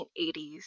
1980s